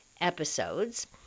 episodes